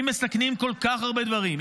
אם מסכנים כל כך הרבה דברים,